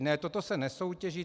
Ne, toto se nesoutěží.